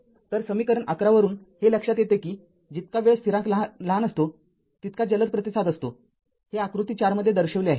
तर समीकरण ११ वरून हे लक्षात येते की जितका वेळ स्थिरांक लहान असतो तितका जलद प्रतिसाद असतो हे आकृती ४ मध्ये दर्शविले आहे